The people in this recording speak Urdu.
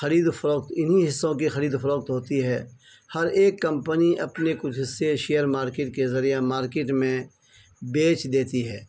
خرید و فروخت انہیں حصوں کی خرید و فروخت ہوتی ہے ہر ایک کمپنی اپنے کچھ حصے شیئر مارکیٹ کے ذریعہ مارکیٹ میں بیچ دیتی ہے